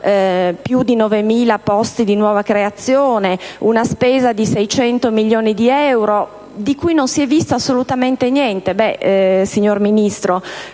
più di 9.000 posti di nuova creazione ed una spesa di 600 milioni di euro, di cui non si è visto assolutamente niente. Signor Ministro,